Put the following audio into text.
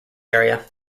area